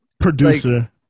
producer